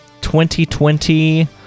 2020